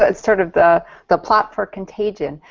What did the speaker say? ah sort of the the plot for contagion.